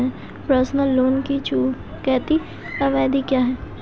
Personal loan की चुकौती अवधि क्या है?